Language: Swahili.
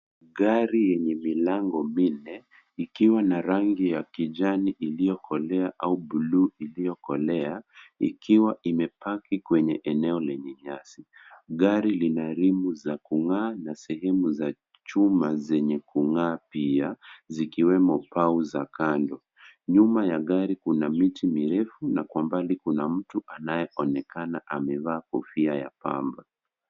Gari yenye milango minne, ikiwa na rangi ya kijani iliyokolea au buluu iliyokolea ikiwa ime park kwenye eneo lenye nyasi. Gari lina rimu za kung'aa na sehemu za chuma zenye kung'aa pia zikiwemo mbao za kando. Nyuma ya gari kuna miti mirefu na kwa mbali kuna mtu anayeonekana amevaa kofia ya pamba.